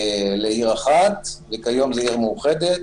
לעיר אחת וכיום היא עיר מאוחדת.